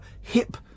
Hip